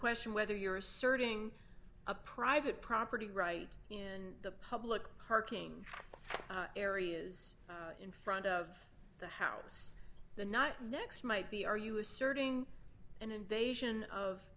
question whether you're asserting a private property right in the public parking areas in front of the house the not next might be are you asserting an invasion of